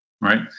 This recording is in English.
right